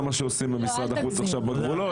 מה שעושים במשרד החוץ עכשיו בגבולות.